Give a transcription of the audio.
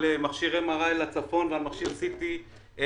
על מכשיר MRI לצפון ועל מכשיר CT לדרום.